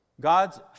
God's